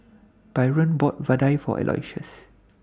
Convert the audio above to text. Byron bought Vadai For Aloysius